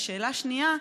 ושאלה שנייה: